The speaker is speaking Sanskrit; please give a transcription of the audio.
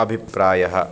अभिप्रायः